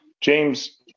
James